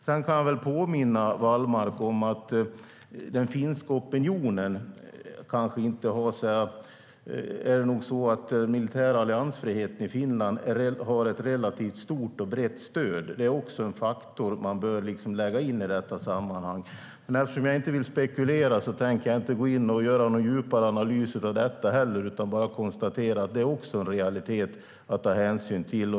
Jag kan påminna Wallmark om att den militära alliansfriheten har ett relativt stort och brett stöd i den finska opinionen. Det är en faktor som bör läggas till i sammanhanget. Men eftersom jag inte vill spekulera tänker jag inte göra någon djupare analys av det. Jag konstaterar bara att det också är en realitet som man får ta hänsyn till.